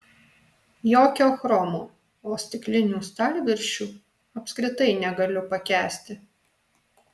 jokio chromo o stiklinių stalviršių apskritai negaliu pakęsti